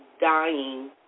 dying